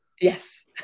yes